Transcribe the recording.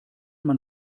man